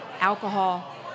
alcohol